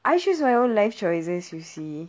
I choose my own life choices you see